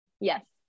Yes